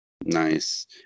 Nice